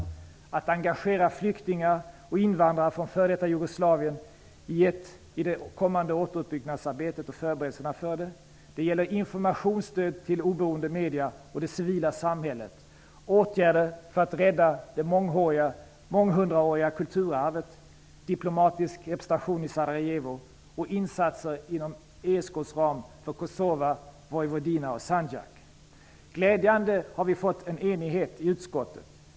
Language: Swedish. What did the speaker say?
Motionerna gäller också att man engagerar flyktingar och invandrare från f.d. Jugoslavien i det kommande återuppbyggnadsarbetet och förberedelserna för det. De gäller informationsstöd till oberoende medier och det civila samhället. De gäller åtgärder för att rädda det månghundraåriga kulturarvet, diplomatisk representation i Sarajevo och insatser inom ESK:s ram för Kosova, Vojvodina och Glädjande nog har vi nått enighet i utskottet.